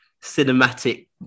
cinematic